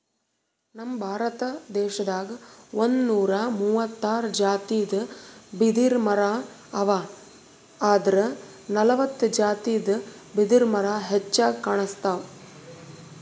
ನಮ್ ಭಾರತ ದೇಶದಾಗ್ ಒಂದ್ನೂರಾ ಮೂವತ್ತಾರ್ ಜಾತಿದ್ ಬಿದಿರಮರಾ ಅವಾ ಆದ್ರ್ ನಲ್ವತ್ತ್ ಜಾತಿದ್ ಬಿದಿರ್ಮರಾ ಹೆಚ್ಚಾಗ್ ಕಾಣ್ಸ್ತವ್